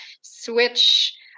switch